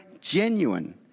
genuine